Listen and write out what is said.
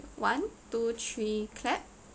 one two three clap